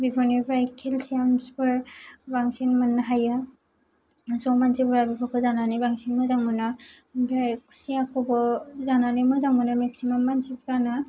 बेफोरनिफ्राय केलसियामसफोर बांसिन मोननो हायो स' मानसिफ्रा बेफोरखौ जानानै बांसिन मोजां मोनो ओमफ्राय खुसियाखौबो जानानै मोजां मोनो मेक्सिमाम मानसिफ्रानो